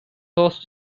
host